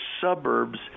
suburbs